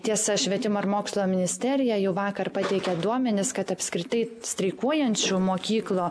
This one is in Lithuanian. tiesa švietimo ir mokslo ministerija jau vakar pateikė duomenis kad apskritai streikuojančių mokyklų